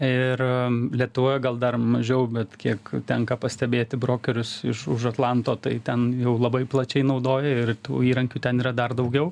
ir lietuvoje gal dar mažiau bet kiek tenka pastebėti brokerius iš už atlanto tai ten labai plačiai naudoja ir tų įrankių ten yra dar daugiau